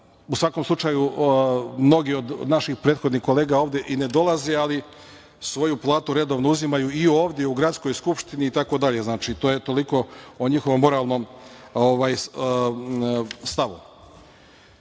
u svakom slučaju, mnogi od naših prethodnih kolega ovde i ne dolaze, ali svoju platu redovno uzimaju i ovde i u Gradskoj skupštini itd. To je toliko o njihovom moralnom stavu. Ono